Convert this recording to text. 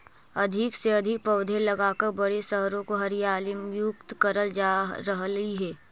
अधिक से अधिक पौधे लगाकर बड़े शहरों को हरियाली युक्त करल जा रहलइ हे